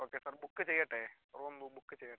okay sir book ചെയ്യട്ടെ room book ചെയ്യാം